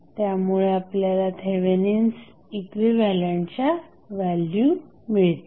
त्यामुळे आपल्याला थेवेनिन्स इक्विव्हॅलंटच्या व्हॅल्यू मिळतील